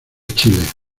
chile